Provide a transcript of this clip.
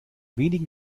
wenigen